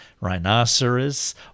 rhinoceros